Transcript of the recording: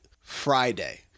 Friday